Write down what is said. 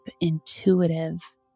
intuitive